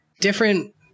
different